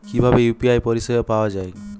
কিভাবে ইউ.পি.আই পরিসেবা পাওয়া য়ায়?